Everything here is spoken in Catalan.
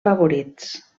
favorits